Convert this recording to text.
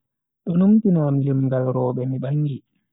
Do numtina am lingal robe mi bangi.